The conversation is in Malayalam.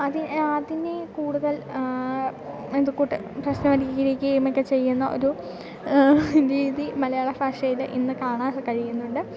അതി അതിനെ കൂടുതൽ ഇതു കൂട്ട് പ്രശ്നമധികരിക്കുകയുമൊക്കെ ചെയ്യുന്ന ഒരു രീതി മലയാള ഭാഷയിൽ ഇന്നു കാണാൻ കഴിയുന്നുണ്ട്